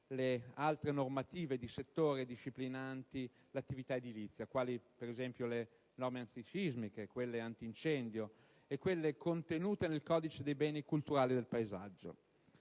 le altre normative di settore disciplinanti l'attività edilizia quali, ad esempio, le norme antisismiche, antincendio, e quelle contenute nel codice dei beni culturali e del paesaggio.